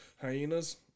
hyenas